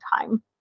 time